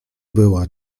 była